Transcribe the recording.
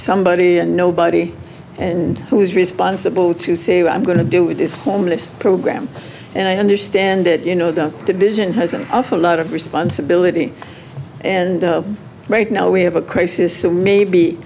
somebody and nobody and who is responsible to say i'm going to do with this homeless program and i understand it you know the division has an awful lot of responsibility and right now we have a crisis